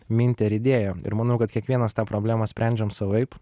mintį ar idėją ir manau kad kiekvienas tą problemą sprendžiam savaip